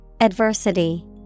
Adversity